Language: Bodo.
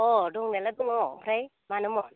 अह दंनायआलाय दङ आमफ्राय मानोमोन